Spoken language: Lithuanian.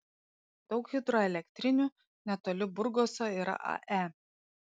daug hidroelektrinių netoli burgoso yra ae